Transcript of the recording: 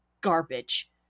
garbage